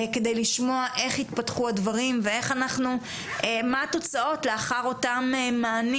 כדי לשמוע איך התפתחו הדברים ומה התוצאות לאחר אותם מענים